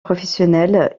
professionnel